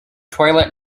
toilet